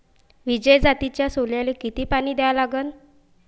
विजय जातीच्या सोल्याले किती पानी द्या लागन?